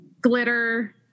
glitter